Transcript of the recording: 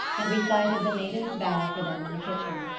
and recited the maiden's vow for them in the kitchen.